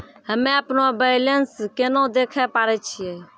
हम्मे अपनो बैलेंस केना देखे पारे छियै?